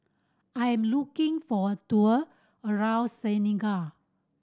I am looking for a tour around Senegal